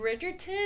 Bridgerton